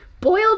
boiled